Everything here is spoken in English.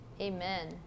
Amen